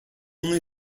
only